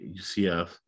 UCF